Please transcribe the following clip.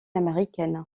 américaine